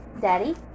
daddy